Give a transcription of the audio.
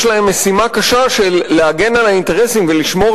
יש להם משימה קשה של להגן על האינטרסים ולשמור